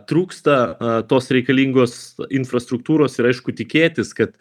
trūksta tos reikalingos infrastruktūros ir aišku tikėtis kad